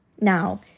Now